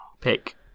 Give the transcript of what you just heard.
pick